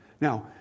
Now